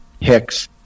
Hicks